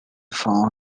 found